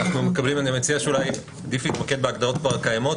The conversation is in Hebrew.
אני מציע שנתמקד בהגדרות שכבר קיימות,